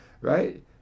right